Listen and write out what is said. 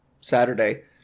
Saturday